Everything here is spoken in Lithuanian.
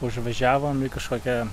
užvažiavom į kažkokią